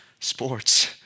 sports